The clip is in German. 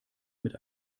mit